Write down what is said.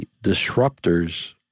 disruptors